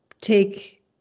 take